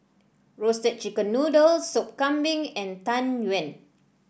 Roasted Chicken Noodle Sup Kambing and Tang Yuen